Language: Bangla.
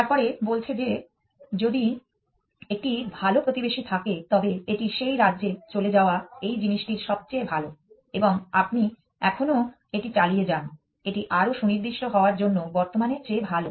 তারপরে বলছে যে যদি একটি ভাল প্রতিবেশী থাকে তবে এটি সেই রাজ্যে চলে যাওয়া এই জিনিসটির সবচেয়ে ভাল এবং আপনি এখনও এটি চালিয়ে যান এটি আরও সুনির্দিষ্ট হওয়ার জন্য বর্তমানের চেয়ে ভাল